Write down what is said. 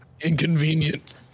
Inconvenient